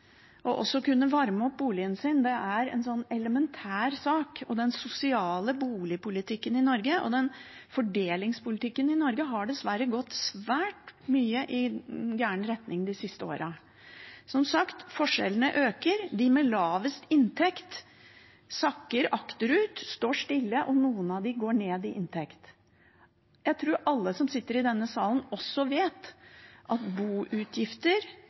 også kunne varme opp boligen sin er en elementær sak, og den sosiale boligpolitikken og fordelingspolitikken i Norge har dessverre i svært stor grad gått i gal retning de siste årene. Som sagt: Forskjellene øker. De med lavest inntekt sakker akterut eller står stille, og noen av dem går ned i inntekt. Jeg tror alle som sitter i denne salen, også vet at